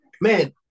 Man